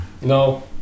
No